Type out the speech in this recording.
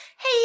Hey